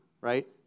right